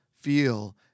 feel